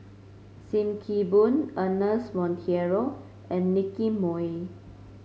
Sim Kee Boon Ernest Monteiro and Nicky Moey